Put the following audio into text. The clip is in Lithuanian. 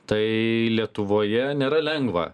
tai lietuvoje nėra lengva